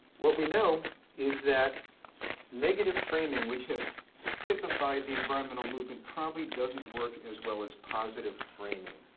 what we know is that negative framing, which has typified the environmental movement, probably doesn't work as well as positive framing.